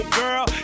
girl